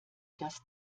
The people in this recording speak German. das